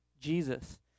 Jesus